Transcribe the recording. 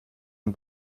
von